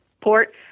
port